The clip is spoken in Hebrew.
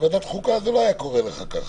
בוועדת חוקה זה לא היה קורה לך כך.